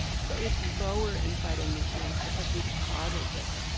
so it's lower in phytonutrients because we've coddled it.